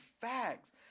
facts